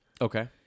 Okay